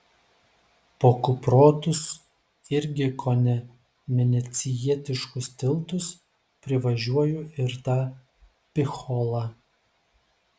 po kuprotus irgi kone venecijietiškus tiltus privažiuoju ir tą picholą